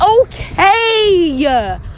okay